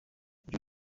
utaka